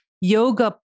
yoga